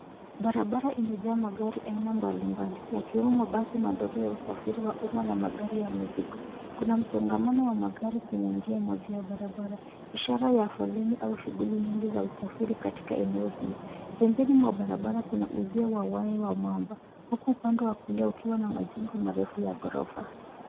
Barabara imejaa magari aina mbalimbali yakiwemo mabasi madogo ya usafiri wa umma na magari ya mizigo. Kuna msongamano wa magari kwenye njia moja ya barabara ishara ya foleni au shughuli nyingi za usafiri katika eneo hili. Pembeni mwa barabara kuna uzio wa waya wa mwamba huku upande wa kulia ukiwa na majengo marefu ya ghorofa.